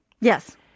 Yes